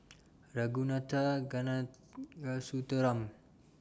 Ragunathar Kanagasuntheram